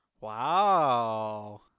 Wow